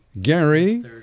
Gary